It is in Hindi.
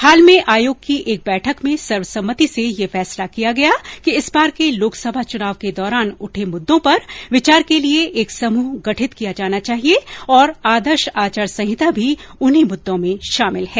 हाल में आयोग की एक बैठक में सर्वसम्मिति से यह फैसला किया गया कि इस बार के लोकसभा चुनाव के दौरान उठे मुद्दों पर विचार के लिए एक समूह गठित किया जाना चाहिए और आदर्श आचार संहिता भी उन्हीं मुद्दों में शामिल है